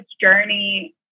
journey